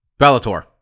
Bellator